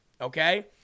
okay